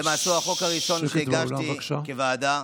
שלמעשה הוא החוק הראשון שהגשתי כוועדה.